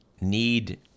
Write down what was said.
need